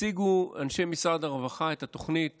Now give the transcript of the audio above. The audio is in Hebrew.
אנשי משרד הרווחה הציגו את התוכנית